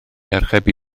archebu